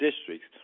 districts